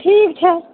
ठीक छै